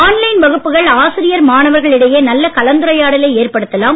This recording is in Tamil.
ஆன்லைன் வகுப்புகள் ஆசிரியர் மாணவர்கள் இடையே நல்ல கலந்துரையாடலை ஏற்படுத்தலாம்